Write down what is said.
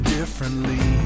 differently